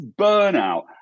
burnout